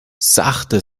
sachte